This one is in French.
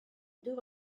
deux